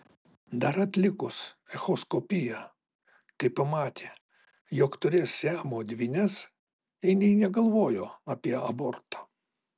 dar atlikus echoskopiją kai pamatė jog turės siamo dvynes jie nė negalvojo apie abortą